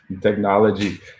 Technology